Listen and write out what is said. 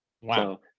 Wow